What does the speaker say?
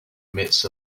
midst